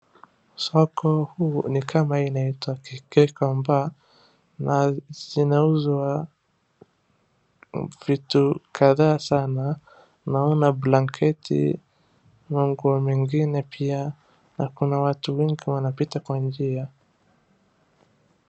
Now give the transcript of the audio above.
Soko huu ni kama ile inaitwa Gikomba na inauza vitu kadhaa sana, naona blanketi, manguo mengine pia na kuna watu wengi wanapita kwenye njia.